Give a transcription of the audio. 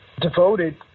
devoted